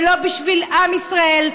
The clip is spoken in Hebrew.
ולא בשביל עם ישראל,